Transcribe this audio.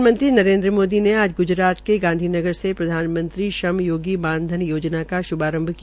प्रधानमंत्री नरेन्द्र मोदी ने आज गुजरात के गांधी नगर से प्रधानमंत्री श्रम योगी मानधन योजना का श्भारंभ किया